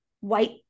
white